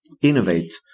innovate